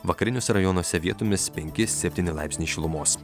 vakariniuose rajonuose vietomis penki septyni laipsniai šilumos